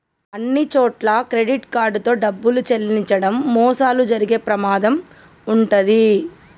అన్నిచోట్లా credit card తో డబ్బులు చెల్లించడం మోసాలు జరిగే ప్రమాదం వుంటది